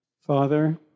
Father